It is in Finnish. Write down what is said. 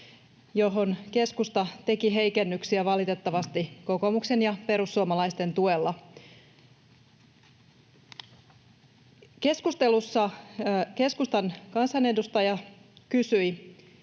johon keskusta teki heikennyksiä valitettavasti kokoomuksen ja perussuomalaisten tuella. Keskustelussa keskustan kansanedustaja kysyi,